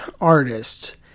artists